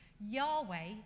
Yahweh